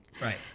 Right